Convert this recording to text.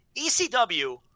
ECW